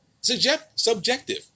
subjective